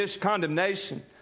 condemnation